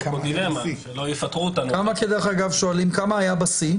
כמה היה בשיא?